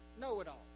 Know-it-all